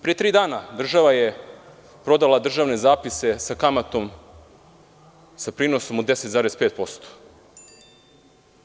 Pre tri dana država je prodala državne zapise sa kamatom sa prinosom od 10,5%